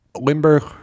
Limburg